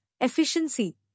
efficiency